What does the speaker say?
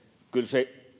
kyllä